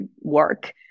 work